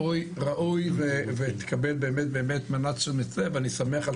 ראוי שתקבל באמת מנת תשומת לב ואני שמח על